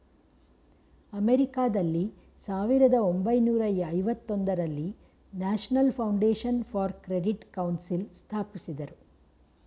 ಅಮೆರಿಕಾದಲ್ಲಿ ಸಾವಿರದ ಒಂಬೈನೂರ ಐವತೊಂದರಲ್ಲಿ national foundation for credit council ಸ್ಥಾಪಿಸಿದರು